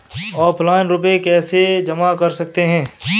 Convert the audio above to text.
Offline रुपये कैसे जमा कर सकते हैं?